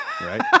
right